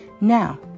Now